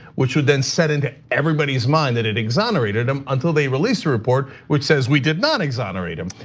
which would then set into everybody's mind that it exonerated him, until they released a report which says we did not exonerate him.